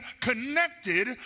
connected